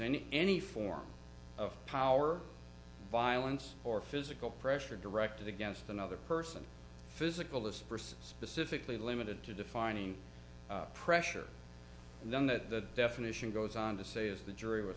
any any form of power violence or physical pressure directed against another person physical this person specifically limited to defining pressure and then that definition goes on to say as the jury was